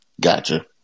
Gotcha